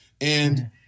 And-